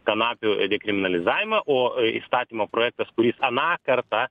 kanapių dekriminalizavimą o įstatymo projektas kuris aną kartą